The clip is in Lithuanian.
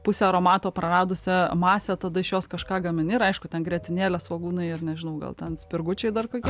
pusę aromato praradusią masę tada iš jos kažką gamini ir aišku ten grietinėlė svogūnai ir nežinau gal ten spirgučiai dar kokie